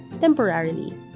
temporarily